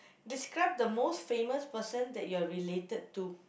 describe the most famous person that you are related to